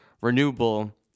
renewable